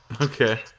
Okay